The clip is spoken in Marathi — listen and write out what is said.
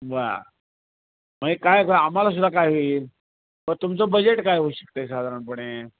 बरं म्हणजे काय होतं आम्हाला सुद्धा काय होईल व तुमचं बजेट काय होऊ शकत आहे साधारणपणे